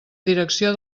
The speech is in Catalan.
direcció